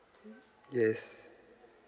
yes